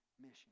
mission